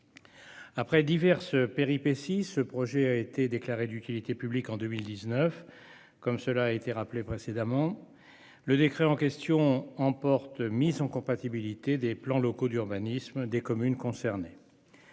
Après diverses péripéties. Ce projet a été déclaré d'utilité publique en 2019 comme cela a été rappelé précédemment. Le décret en question emporte mise en compatibilité des plans locaux d'urbanisme des communes concernées.